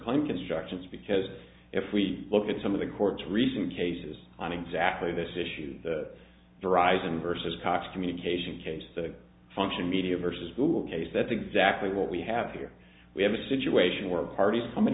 instructions because if we look at some of the court's recent cases on exactly this issue the risin versus cox communication case the function media versus google case that's exactly what we have here we have a situation where parties coming